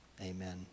amen